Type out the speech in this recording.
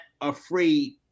afraid